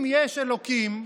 אם יש אלוקים,